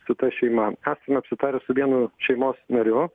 su ta šeima esame apsitarę su vienu šeimos nariu